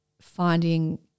finding